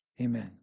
amen